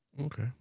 Okay